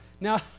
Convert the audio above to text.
Now